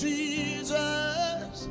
Jesus